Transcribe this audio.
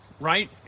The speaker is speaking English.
right